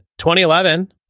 2011